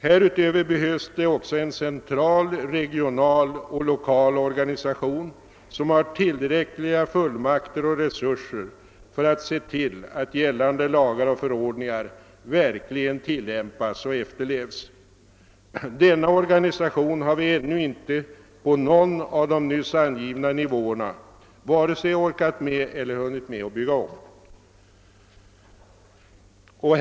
Härutöver behövs det också en central, regional och lokal organisation som har tillräckliga fullmakter och resurser för att se till att gällande lagar och förordningar verkligen tillämpas och efterlevs. Denna organisation har vi ännu inte på någon av de nyss angivna nivåerna vare sig orkat med eller varit med att bygga upp.